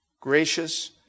gracious